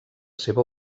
seva